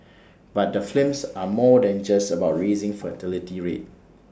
but the films are more than just about raising fertility rate